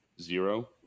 zero